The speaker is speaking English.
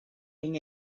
and